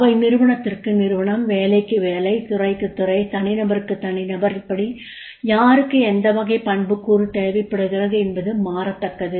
அவை நிருவனத்திற்கு நிறுவனம் வேலைக்கு வேலை துறைக்கு துறை தனிநபருக்கு தனிநபர் இப்படி யாருக்கு எந்த வகை பண்புக்கூறு தேவைப்படுகிறது என்பது மாறத்தக்கது